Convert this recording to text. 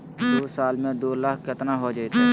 दू साल में दू लाख केतना हो जयते?